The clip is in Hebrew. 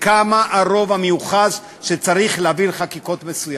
מה הרוב המיוחס שצריך כדי להעביר חקיקות מסוימות.